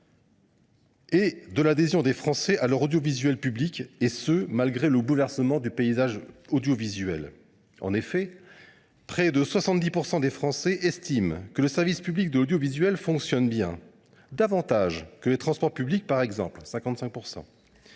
et de l’adhésion des Français à leur audiovisuel public, et ce malgré le bouleversement du paysage audiovisuel. En effet, près de 70 % des Français estiment que le service public de l’audiovisuel fonctionne bien, contre, par exemple, 55